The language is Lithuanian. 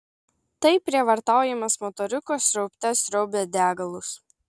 taip prievartaujamas motoriukas sriaubte sriaubė degalus